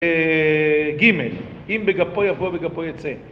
גימל, אם בגפו יבוא ובגפו יצא